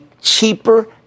cheaper